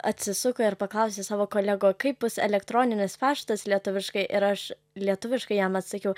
atsisuko ir paklausė savo kolegų kaip bus elektroninis paštas lietuviškai ir aš lietuviškai jam atsakiau